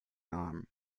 arm